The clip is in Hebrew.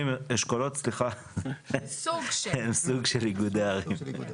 אשכולות הם סוג של איגודי ערים.